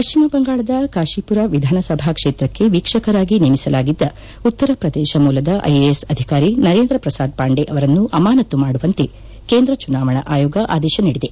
ಪಶ್ಚಿಮ ಬಂಗಾಳದ ಕಾಶಿಪುರ ವಿಧಾನಸಭಾ ಕ್ಷೇತ್ರಕ್ಕೆ ವೀಕ್ಷಕರಾಗಿ ನೇಮಿಸಲಾಗಿದ್ದ ಉತ್ತರ ಪ್ರದೇಶ ಮೂಲದ ಐಎಎಸ್ ಅಧಿಕಾರಿ ನರೇಂದ್ರ ಪ್ರಸಾದ್ ಪಾಂಡೆ ಅವರನ್ನು ಅಮಾನತು ಮಾಡುವಂತೆ ಕೇಂದ ಚುನಾವಣಾ ಆಯೋಗ ಆದೇಶ ನೀಡಿದೆ